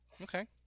Okay